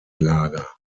lager